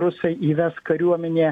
rusai įves kariuomenę